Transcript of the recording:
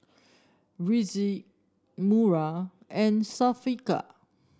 Rizqi Wira and Syafiqah